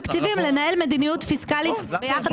שתי הצעות חוק תקציב לשנת הכספים הנוכחית ולשנת